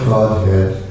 Godhead